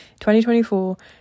2024